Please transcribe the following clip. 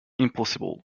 impossible